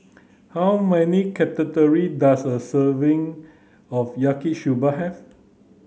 how many does a serving of Yaki Soba have